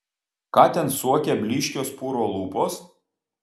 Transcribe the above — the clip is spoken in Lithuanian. ką ten suokia blyškios puro lūpos